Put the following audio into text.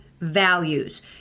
values